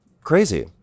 crazy